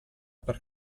per